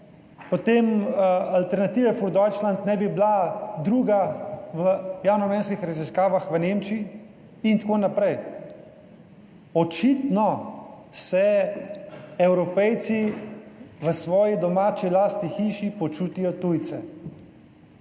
potem Alternative für Deutschland ne bi bila druga v javnomnenjskih raziskavah v Nemčiji in tako naprej. Očitno se Evropejci v svoji domači lastni hiši počutijo tujce